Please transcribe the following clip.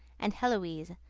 and heloise,